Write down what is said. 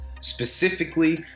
specifically